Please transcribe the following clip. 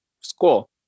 school